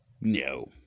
No